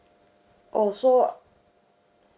oh so